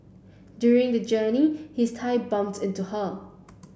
during the journey his thigh bumped into her